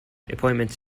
appointments